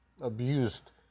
abused